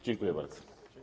Dziękuję bardzo.